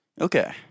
Okay